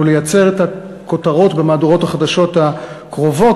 לייצר את הכותרות במהדורות החדשות הקרובות